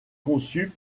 conçue